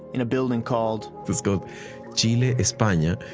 in a building called it's called chile espana.